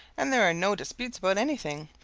and there are no disputes about anything.